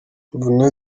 mvune